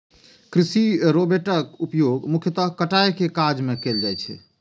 कृषि रोबोटक उपयोग मुख्यतः कटाइ के काज मे कैल जाइ छै